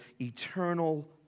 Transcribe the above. eternal